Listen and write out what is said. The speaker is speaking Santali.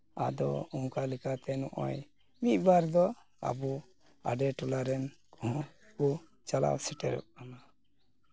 ᱟᱫᱚ ᱚᱱᱠᱟ ᱞᱮᱠᱟᱛᱮ ᱱᱚᱜᱼᱚᱭ ᱢᱤᱫᱼᱵᱟᱨ ᱫᱚ ᱟᱵᱚ ᱟᱰᱮ ᱴᱚᱞᱟ ᱨᱮᱱ ᱦᱚᱸᱠᱚ ᱪᱟᱞᱟᱣ ᱥᱮᱴᱮᱨᱚᱜ ᱠᱟᱱᱟ